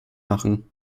machen